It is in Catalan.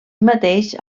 mateix